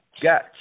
got